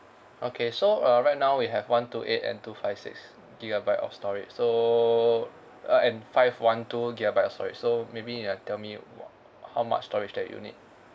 okay so uh right now we have one two eight and two five six gigabyte of storage so uh and five one two gigabyte of storage so maybe uh you tell me wha~ how much storage that you need